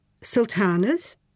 Sultanas